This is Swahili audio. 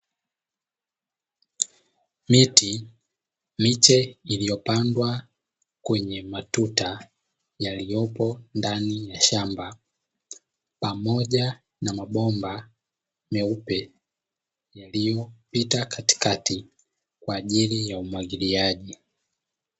Miti, miche iliyopandwa kwenye matuta yaliyopo ndani ya shamba, pamoja na mabomba meupe yaliyopita katikati kwa ajili ya umwagiliaji.